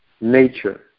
nature